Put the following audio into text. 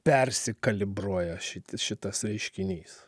persikalibruoja šit šitas reiškinys